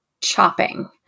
chopping